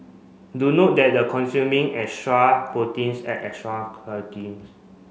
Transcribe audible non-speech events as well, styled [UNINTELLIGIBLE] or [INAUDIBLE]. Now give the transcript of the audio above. do note that the consuming extra proteins and add extra [UNINTELLIGIBLE]